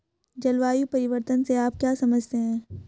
जलवायु परिवर्तन से आप क्या समझते हैं?